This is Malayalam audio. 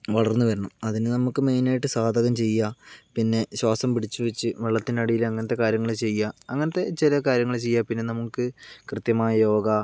വളർന്ന് വരണം അതിന് നമുക്ക് മെയിനായിട്ട് സാധകം ചെയ്യുക പിന്നെ ശ്വാസം പിടിച്ചു വച്ചു വെള്ളത്തിനടിയിൽ അങ്ങനത്തെ കാര്യങ്ങള് ചെയ്യുക അങ്ങനത്തെ ചെറിയ കാര്യങ്ങൾ ചെയ്യുക പിന്നെ നമുക്ക് കൃത്യമായി യോഗ